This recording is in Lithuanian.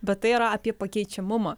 bet tai yra apie pakeičiamumą